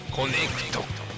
Connect